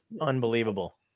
unbelievable